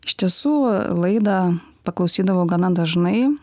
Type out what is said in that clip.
iš tiesų laidą paklausydavau gana dažnai